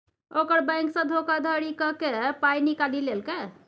ओकर बैंकसँ धोखाधड़ी क कए पाय निकालि लेलकै